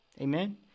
Amen